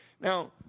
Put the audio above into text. Now